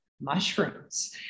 mushrooms